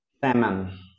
Salmon